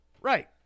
Right